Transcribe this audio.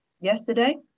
Yesterday